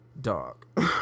dog